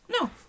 No